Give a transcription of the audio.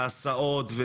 והסעות,